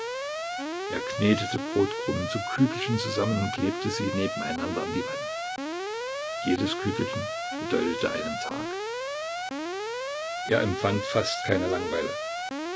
er knetete brotkrumen zu kügelchen zusammen und klebte sie nebeneinander an die wand jedes kügelchen bedeutete einen tag er empfand fast keine langweile